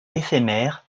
éphémères